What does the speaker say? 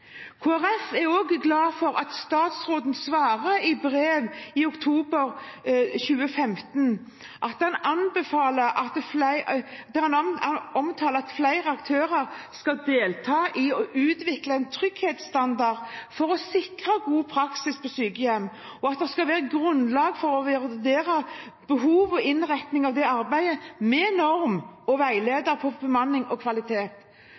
er også glad for statsrådens svar i et brev i oktober 2015, der han omtaler at flere aktører skal delta i å utvikle en trygghetsstandard for å sikre god praksis på sykehjem, og at det skal være grunnlag for å vurdere behov og innretting av arbeidet med norm og veileder for bemanning og kvalitet.